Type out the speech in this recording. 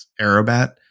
AeroBat